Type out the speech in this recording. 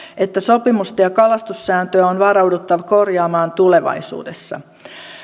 että sopimusta ja kalastussääntöä on varauduttava korjaamaan tulevaisuudessa